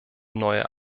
neue